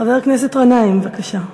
חבר הכנסת גנאים, בבקשה.